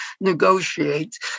negotiate